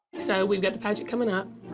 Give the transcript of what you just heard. so, we've got the pageant coming up.